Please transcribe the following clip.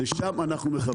לשם אנחנו מכוונים.